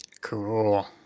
Cool